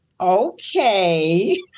Okay